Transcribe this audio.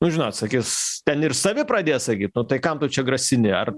nu žinot sakys ten ir savi pradės sakyt nu tai kam tu čia grasini ar